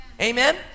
Amen